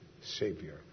Savior